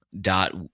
Dot